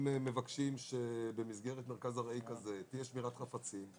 אם מבקשים שבמסגרת מרכז ארעי כזה תהיה שמירת חפצים,